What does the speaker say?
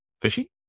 fishy